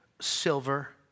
silver